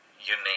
unique